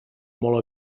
molt